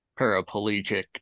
paraplegic